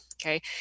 Okay